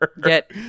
Get